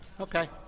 okay